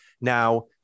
Now